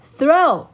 Throw